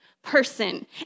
Person